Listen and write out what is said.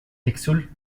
tixul